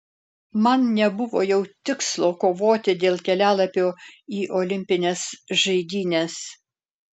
man nebuvo jau tikslo kovoti dėl kelialapio į olimpines žaidynes